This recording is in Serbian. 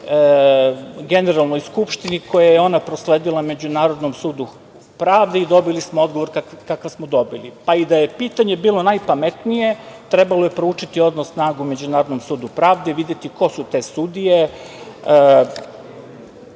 Generalnoj skupštini, koje je ona prosledila Međunarodnom sudu pravde i dobili smo odgovor kakav smo dobili. Pa i da je pitanje bilo najpametnije, trebalo je proučiti odnos snaga u Međunarodnom sudu pravde i videti ko su te sudije,